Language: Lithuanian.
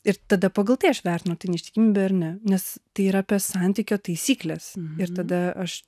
ir tada pagal tai aš vertinu tai neištikimybė ar ne nes tai yra apie santykio taisykles ir tada aš